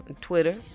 Twitter